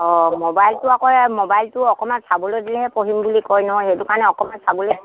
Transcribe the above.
অঁ মোবাইলটো আকৌ এই মোবাইলটো অকণমান চাবলৈ দিলেহে পঢ়িম বুলি কয় নহয় সেইটো কাৰণে অকণমান চাবলৈ দিওঁ